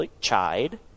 chide